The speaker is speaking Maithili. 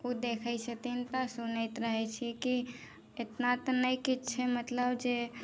ओ देखै छथिन तऽ सुनैत रहै छी की इतना तऽ नहि किछु छै मतलब जे